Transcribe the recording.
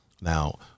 Now